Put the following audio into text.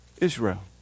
Israel